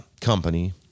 company